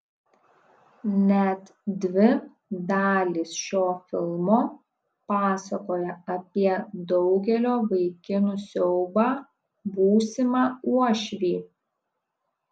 net dvi dalys šio filmo pasakoja apie daugelio vaikinų siaubą būsimą uošvį